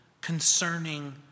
concerning